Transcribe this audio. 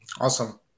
Awesome